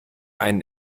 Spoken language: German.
einen